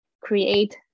create